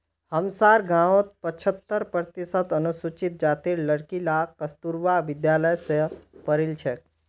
हमसार गांउत पछहत्तर प्रतिशत अनुसूचित जातीर लड़कि ला कस्तूरबा विद्यालय स पढ़ील छेक